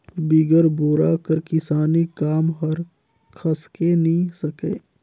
बिगर बोरा कर किसानी काम हर खसके नी सके